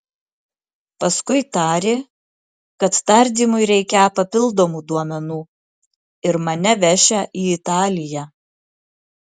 paskui tarė kad tardymui reikią papildomų duomenų ir mane vešią į italiją